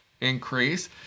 increase